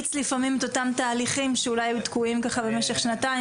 ממריץ תהליכים שאולי היו תקועים במשך שנתיים,